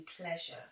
pleasure